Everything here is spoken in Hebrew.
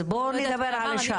אז בואו נדבר על השאר.